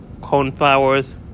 coneflowers